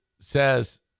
says